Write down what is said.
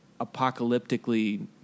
apocalyptically